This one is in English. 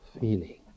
feeling